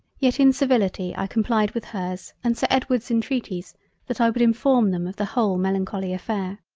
yet in civility i complied with hers and sir edward's intreaties that i would inform them of the whole melancholy affair.